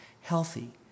healthy